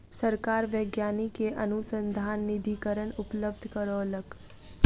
सरकार वैज्ञानिक के अनुसन्धान निधिकरण उपलब्ध करौलक